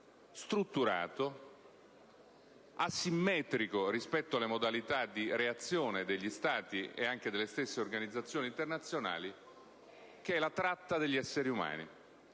strutturato, asimmetrico rispetto alle modalità di reazione degli Stati, e anche delle stesse organizzazioni internazionali, che è la tratta degli esseri umani.